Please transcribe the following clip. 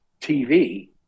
TV